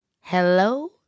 Hello